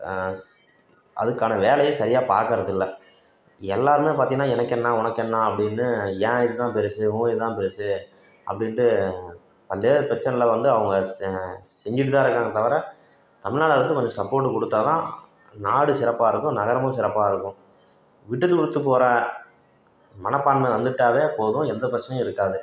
அதுக்கான வேலையை சரியாக பாக்கிறதில்ல எல்லோருமே பார்த்திங்கன்னா எனக்கென்ன ஒனக்கென்ன அப்படின்னு என் இதுதான் பெருசு உன் இதுதான் பெருசு அப்படின்ட்டு பல்வேறு பிரச்சனையில் வந்து அவங்க செஞ்சுட்டுதான் இருக்காங்களே தவிர தமிழ்நாடு அரசு கொஞ்சம் சப்போட்டு கொடுத்தாதான் நாடு சிறப்பாக இருக்கும் நகரமும் சிறப்பாக இருக்கும் விட்டுக்கொடுத்து போகிற மனப்பான்மை வந்துட்டாலே போதும் எந்த பிரச்சனையும் இருக்காது